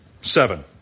seven